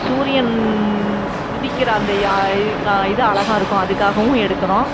சூரியன் உதிக்கிற அந்த இது அழகாக இருக்கும் அதுக்காகவும் எடுக்குறோம்